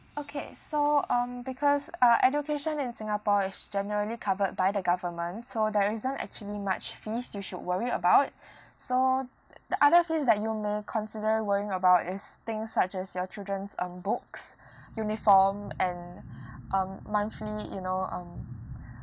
okay so um because uh education in singapore is generally covered by the government so there isn't actually much fees you should worry about so the other fees that you may consider worrying about is things such as your children's um books uniform and um monthly you know um